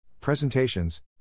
presentations